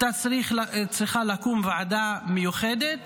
הייתה צריכה לקום ועדה מיוחדת